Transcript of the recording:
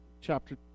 chapter